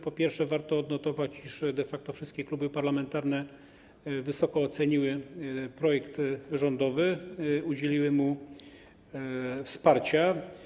Przede wszystkim warto odnotować, iż de facto wszystkie kluby parlamentarne wysoko oceniły projekt rządowy, udzieliły mu wsparcia.